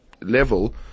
level